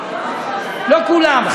לא כולם,